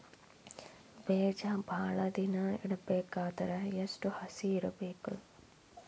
ಬೇಜ ಭಾಳ ದಿನ ಇಡಬೇಕಾದರ ಎಷ್ಟು ಹಸಿ ಇರಬೇಕು?